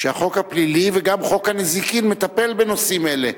שהחוק הפלילי וגם חוק הנזיקין מטפלים בנושאים אלה,